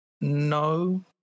no